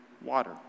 Water